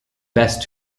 best